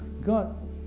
God